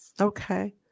Okay